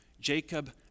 Jacob